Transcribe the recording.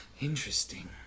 Interesting